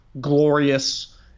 glorious